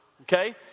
Okay